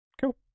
cool